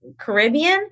Caribbean